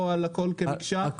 או על הכול כמקשה?